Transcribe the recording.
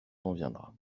reviendra